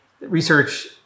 research